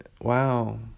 Wow